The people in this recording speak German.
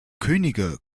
könige